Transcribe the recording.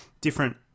different